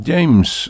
James